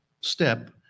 step